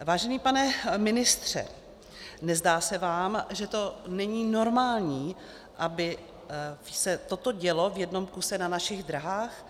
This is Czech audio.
Vážený pane ministře, nezdá se vám, že to není normální, aby se toto dělo v jednom kuse na našich dráhách?